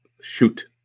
Shoot